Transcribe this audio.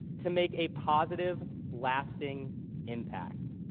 to make a positive, lasting impact.